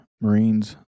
marines